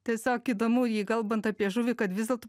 tiesiog įdomu jei kalbant apie žuvį kad vis dėlto